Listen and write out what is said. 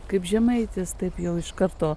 kaip žemaitis taip jau iš karto